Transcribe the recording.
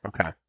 Okay